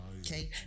okay